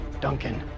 Duncan